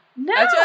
No